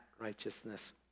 righteousness